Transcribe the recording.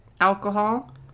alcohol